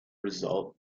result